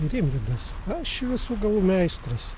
rimvydas aš visų galų meistras